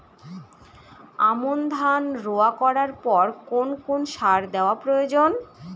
আমন ধান রোয়া করার পর কোন কোন সার দেওয়া প্রয়োজন?